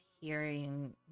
hearing